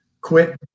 quit